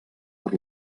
per